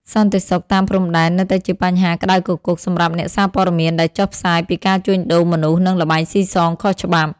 សន្តិសុខតាមព្រំដែននៅតែជាបញ្ហាក្តៅគគុកសម្រាប់អ្នកសារព័ត៌មានដែលចុះផ្សាយពីការជួញដូរមនុស្ស និងល្បែងស៊ីសងខុសច្បាប់។